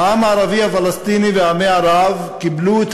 העם הערבי הפלסטיני ועמי ערב קיבלו את